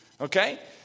Okay